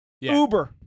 Uber